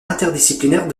interdisciplinaire